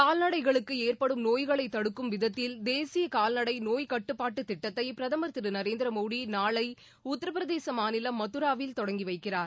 கால்நடைகளுக்கு ஏற்படும் நோய்களை தடுக்கும் விதத்தில் தேசிய கால்நடை நோய் கட்டுப்பாட்டு திட்டத்தை பிரதமர் திரு நரேந்திரமோடி நாளை உத்தரப் பிரதேச மாநிலம் மதராவில் தொடங்கி வைக்கிறார்